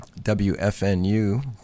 WFNU